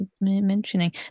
mentioning